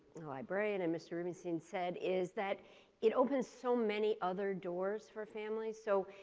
library and and mr. rubenstein said is that it opens so many other doors for families. so,